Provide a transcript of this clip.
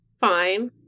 fine